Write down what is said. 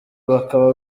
bakaba